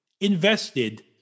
invested